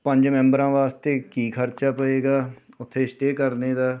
ਪੰਜ ਮੈਬਰਾਂ ਵਾਸਤੇ ਕੀ ਖਰਚਾ ਪਏਗਾ ਉੱਥੇ ਸਟੇਅ ਕਰਨ ਦਾ